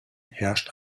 herrscht